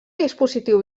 dispositiu